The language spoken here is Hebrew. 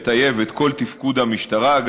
לטייב את כל תפקוד המשטרה,